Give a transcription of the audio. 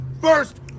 first